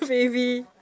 wavy